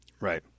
Right